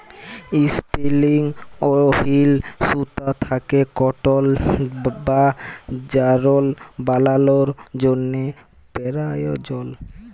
ইসপিলিং wheel সুতা থ্যাকে কটল বা যারল বালালোর জ্যনহে পেরায়জল